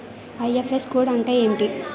IFSC code అంటే ఏంటి?